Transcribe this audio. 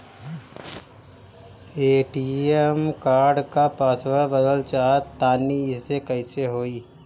ATM card क password बदलल चाहा तानि कइसे होई?